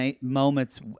moments